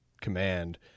command